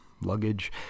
Luggage